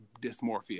dysmorphia